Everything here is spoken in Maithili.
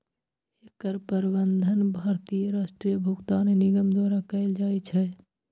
एकर प्रबंधन भारतीय राष्ट्रीय भुगतान निगम द्वारा कैल जाइ छै